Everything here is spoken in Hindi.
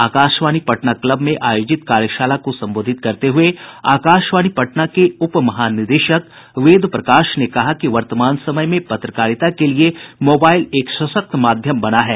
आकाशवाणी पटना क्लब में आयोजित कार्यशाला को संबोधित करते हुए आकाशवाणी पटना के उप महानिदेशक वेद प्रकाश ने कहा कि वर्तमान समय में पत्रकारिता के लिए मोबाइल एक सशक्त माध्यम बना है